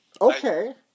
Okay